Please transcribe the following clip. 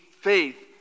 faith